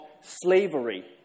slavery